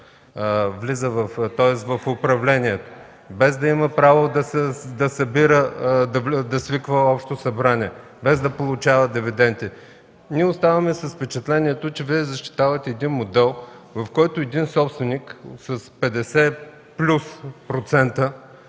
влиза в управлението, без да има право да свиква Общо събрание, без да получава дивиденти. Оставаме с впечатлението, че Вие защитавате един модел, в който един собственик с 50 плюс